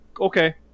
Okay